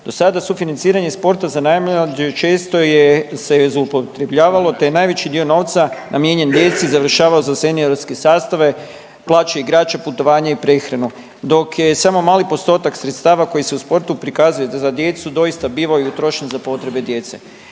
Dosada sufinanciranje sporta za najmlađe često je se zloupotrebljavalo te je najveći dio novca namijenjen djeci završavao za seniorske sastave, plaće igrača, putovanja i prehranu dok je samo mali postotak sredstava koji se u sportu prikazuje za djecu doista bivao i utrošen za potrebe djece.